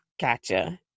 Gotcha